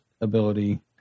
ability